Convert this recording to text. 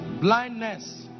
blindness